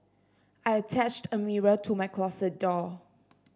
I attached a mirror to my closet door